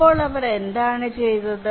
അപ്പോൾ അവർ എന്താണ് ചെയ്തത്